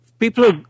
People